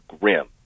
grim